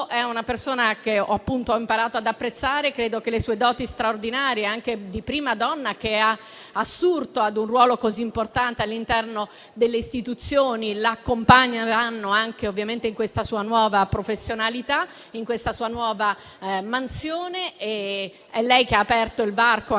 È una persona che, appunto, ho imparato ad apprezzare. Credo che le sue doti straordinarie, anche di prima donna assurta ad un ruolo così importante all'interno delle istituzioni, l'accompagneranno anche, ovviamente, in questa sua nuova professionalità, in questa sua nuova mansione. È lei che ha aperto il varco - come